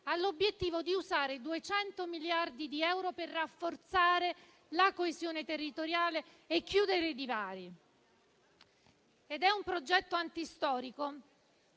opposto di usare 200 miliardi di euro per rafforzare la coesione territoriale e chiudere i divari. È un progetto antistorico,